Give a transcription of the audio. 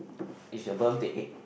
it's your birthday